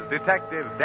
Detective